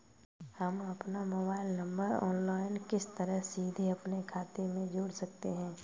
हम अपना mobile number online किस तरह सीधे अपने खाते में जोड़ सकते हैं?